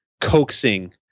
coaxing